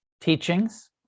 teachings